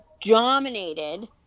dominated